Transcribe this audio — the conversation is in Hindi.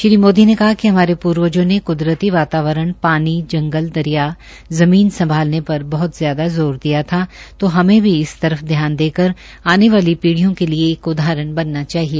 श्री मोदी ने कहा कि हमारे पूर्वजो ने क्दरती वातावरण पानी जंगल दरिया ज़मीन संभालने पर बहत ज्यादा जोर दिया था तो हमे भी इस तरफ ध्यान देकर आने वाली पीढ़ीयों के लिए एक उदाहरण बनना चाहिए